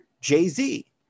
Jay-Z